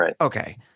okay